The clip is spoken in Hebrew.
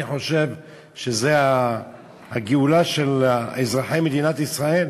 שאני חושב שזו הגאולה של אזרחי מדינת ישראל,